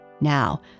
now